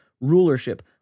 rulership